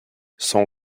son